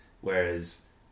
Whereas